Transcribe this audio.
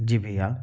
जी भैया